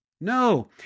No